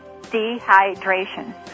dehydration